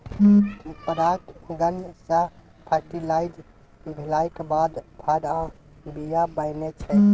परागण सँ फर्टिलाइज भेलाक बाद फर आ बीया बनै छै